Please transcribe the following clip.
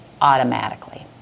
automatically